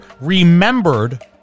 remembered